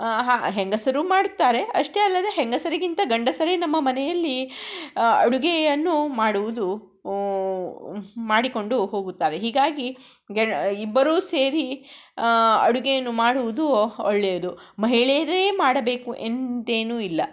ಹ ಹೆಂಗಸರು ಮಾಡುತ್ತಾರೆ ಅಷ್ಟೇ ಅಲ್ಲದೆ ಹೆಂಗಸರಿಗಿಂತ ಗಂಡಸರೇ ನಮ್ಮ ಮನೆಯಲ್ಲಿ ಅಡುಗೆಯನ್ನು ಮಾಡುವುದು ಮಾಡಿಕೊಂಡು ಹೋಗುತ್ತಾರೆ ಹೀಗಾಗಿ ಗ ಇಬ್ಬರೂ ಸೇರಿ ಅಡುಗೆಯನ್ನು ಮಾಡುವುದು ಒಳ್ಳೆಯದು ಮಹಿಳೆಯರೇ ಮಾಡಬೇಕು ಎಂತೇನು ಇಲ್ಲ